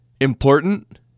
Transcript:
important